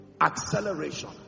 Acceleration